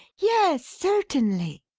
yes! certainly!